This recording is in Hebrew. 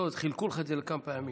חילקו לך את זה לכמה פעמים.